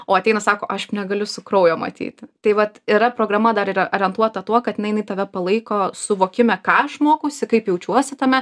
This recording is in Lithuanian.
o ateina sako aš negaliu su kraujo matyti tai vat yra programa dar ir orientuota tuo kad na jinai tave palaiko suvokime ką aš mokausi kaip jaučiuosi tame